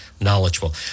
knowledgeable